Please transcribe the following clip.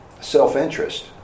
self-interest